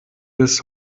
bis